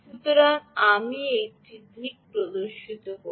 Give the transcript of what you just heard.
সুতরাং আমি এটি ঠিক এটি প্রদর্শিত হবে